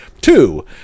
Two